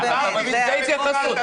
מעדיף לבכות.